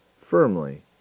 firmly